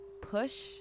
push